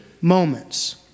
moments